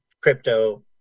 crypto